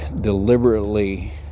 deliberately